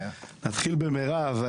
נתחיל במירב.